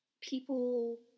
people